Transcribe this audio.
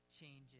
changes